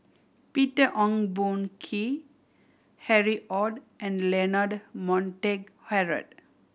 Peter Ong Boon Kwee Harry Ord and Leonard Montague Harrod